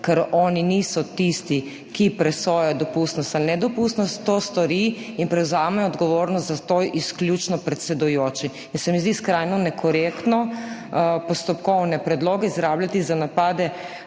ker oni niso tisti, ki presojajo dopustnost ali nedopustnost, to stori in prevzame odgovornost za to izključno predsedujoči. Zdi se mi skrajno nekorektno postopkovne predloge izrabljati za napade